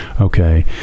okay